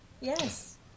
Yes